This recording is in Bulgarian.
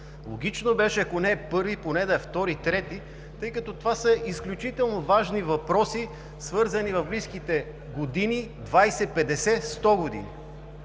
логично беше, ако не е първи, поне да е втори, трети, тъй като това са изключително важни въпроси, свързани с близките години – 20, 50, 100.